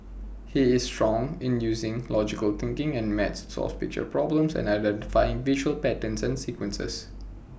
he is strong in using logical thinking and maths to solve picture problems and identifying visual patterns and sequences